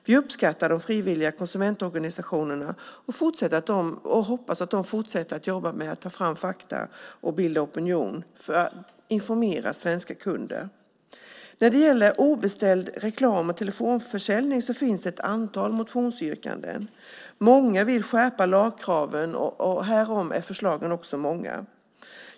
Vi uppskattar de frivilliga konsumentorganisationerna och hoppas att de fortsätter att jobba med att ta fram fakta och bilda opinion för att informera svenska kunder. När det gäller obeställd reklam och telefonförsäljning finns det ett antal motionsyrkanden. Många vill skärpa lagkraven. Härom är förslagen också många.